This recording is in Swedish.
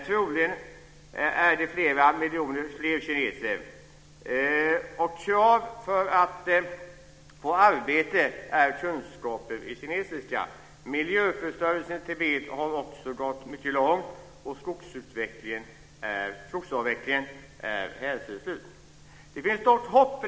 Troligen är det dock flera miljoner fler kineser. Krav för att få arbete är kunskaper i kinesiska. Miljöförstöringen i Tibet har också gått mycket långt, och skogsavverkningen är hänsynslös. Det finns dock hopp.